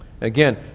Again